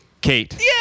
Kate